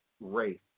race